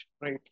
right